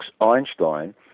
Einstein